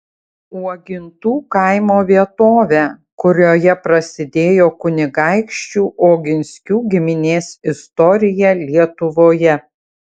uogintų kaimo vietovę kurioje prasidėjo kunigaikščių oginskių giminės istorija lietuvoje